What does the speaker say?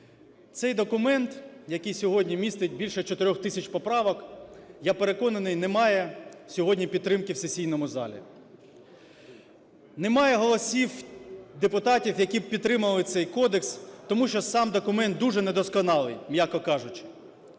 Цей документ, який сьогодні містить більше 4 тисяч поправок, я переконаний, не має сьогодні підтримки в сесійному залі. Немає голосів депутатів, які б підтримали цей кодекс, тому що сам документ дуже недосконалий, м'яко кажучи.